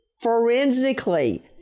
forensically